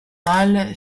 mâle